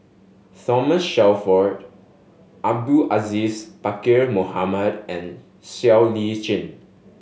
Thomas Shelford Abdul Aziz Pakkeer Mohamed and Siow Lee Chin